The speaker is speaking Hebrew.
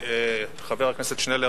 חבר הכנסת שנלר,